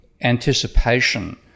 anticipation